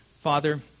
Father